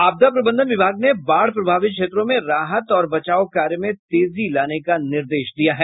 आपदा प्रबंधन विभाग ने बाढ़ प्रभावित क्षेत्रों में राहत और बचाव कार्य में तेजी लाने का निर्देश दिया है